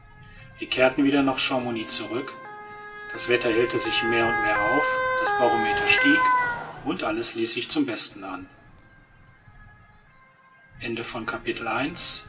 wir kehrten wieder nach chamouni zurück das wetter hellte sich mehr und mehr auf das barometer stieg und alles ließ sich zum besten an